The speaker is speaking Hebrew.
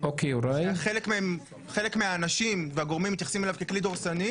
שחלק מהאנשים והגורמים מתייחסים אליו ככלי דורסני,